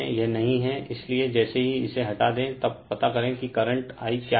यह नहीं है इसलिए जैसे ही इसे हटा दें तब पता करें कि करंट I क्या है